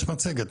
(הצגת מצגת)